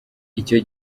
icyo